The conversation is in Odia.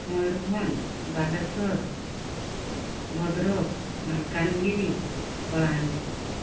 ମୟୂରଭଞ୍ଜ ବାଲେଶ୍ୱର ଭଦ୍ରକ ମାଲକାନଗିରି କଳାହାଣ୍ଡି